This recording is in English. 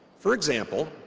for example,